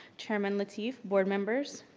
chairman lateef, board members,